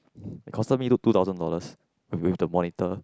it costed me two thousand dollars with the monitor